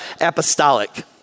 apostolic